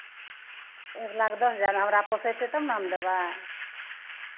एक लाख दस हजार हमरा पोसयतै तब ने हम देबै